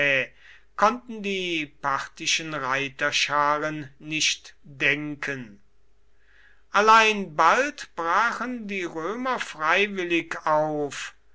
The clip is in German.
konnten die parthischen reiterscharen nicht denken allein bald brachen die römer freiwillig auf